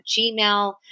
gmail